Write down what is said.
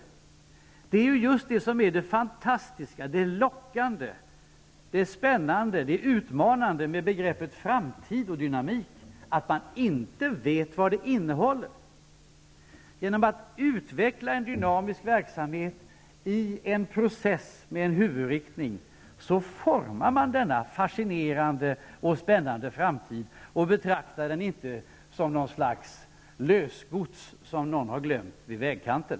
Men det är ju just detta som är det fantastiska, det lockande, det spännande, det utmanande med begreppen framtid och dynamik, att man inte vet vad de innehåller. Genom att utveckla en dynamisk verksamhet i en process med en huvudinriktning formar man på ett fascinerande och spännande sätt framtiden och betraktar den inte som ett slags lösgods som någon har glömt vid vägen.